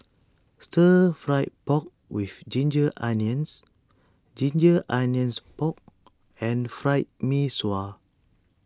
Stir Fry Pork with Ginger Onions Ginger Onions Pork and Fried Mee Sua